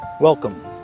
Welcome